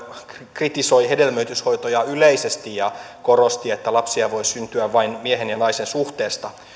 kritisoi hedelmöityshoitoja yleisesti ja korosti että lapsia voi syntyä vain miehen ja naisen suhteesta